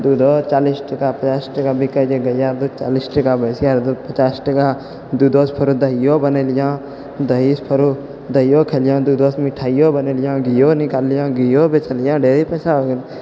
दूधो चालीस टका पचास टका बिकै छै गैआरऽ दूध चालीस टका भैँसिआरऽ दूध पचास टका दूधोसँ फेरो दहिओ बनेलिअऽ दहीसँ फेरो दहिओ खेलिअऽ दूधोसँ मिठाइओ बनेलिअऽ घीओ निकालिअऽ घीओ बेचलिअऽ ढेरी पइसा हो गेलऽ